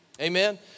Amen